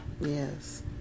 Yes